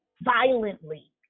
violently